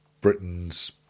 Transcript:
Britain's